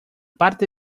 parte